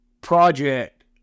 project